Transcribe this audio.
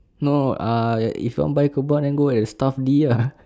no uh if you want buy kebab then go at stuff D ah